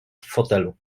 fotelu